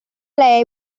lei